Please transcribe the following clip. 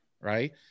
right